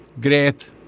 Great